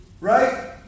right